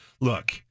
look